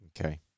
Okay